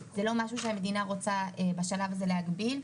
שממשלת ישראל הפקירה את